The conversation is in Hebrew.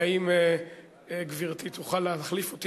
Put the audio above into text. האם גברתי תוכל להחליף אותי?